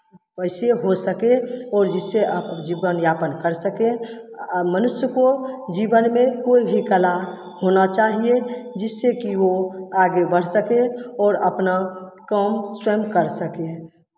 पैसे हो सके और जिससे आप जीवनयापन कर सकें आ मनुष्य को जीवन के कोइ भी कला होना चाहिए जिससे कि वो आगे बढ़ सके और अपना काम स्वयं कर सके